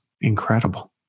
incredible